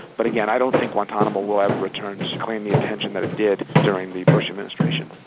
but again i don't think guantanamo will ever return to claim the attention that it did during the bush administration.